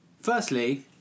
Firstly